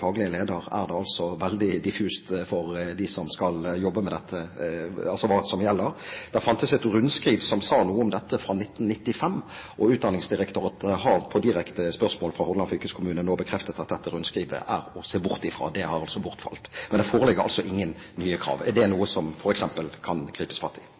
som skal jobbe med dette. Det fantes et rundskriv fra 1995 som sa noe om dette. Utdanningsdirektoratet har på direkte spørsmål fra Hordaland fylkeskommune nå bekreftet at dette rundskrivet er å se bort fra. Det har bortfalt, men det foreligger altså ingen nye krav. Er det noe som f.eks. kan gripes fatt i?